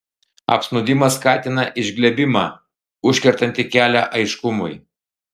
apsnūdimas skatina išglebimą užkertantį kelią aiškumui